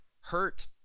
hurt